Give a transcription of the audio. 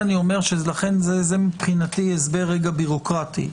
זה מבחינתי הסבר ביורוקרטי.